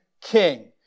King